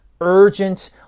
urgent